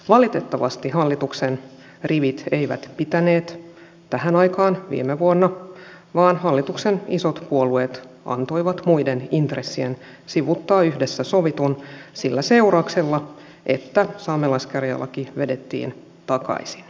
valitettavasti hallituksen rivit eivät pitäneet tähän aikaan viime vuonna vaan hallituksen isot puolueet antoivat muiden intressien sivuuttaa yhdessä sovitun sillä seurauksella että saamelaiskäräjälaki vedettiin takaisin